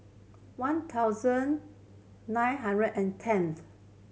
one thousand nine hundred and tenth